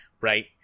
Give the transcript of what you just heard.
Right